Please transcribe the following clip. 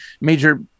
major